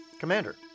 Commander